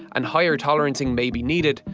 and higher tolerancing may be needed,